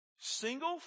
Single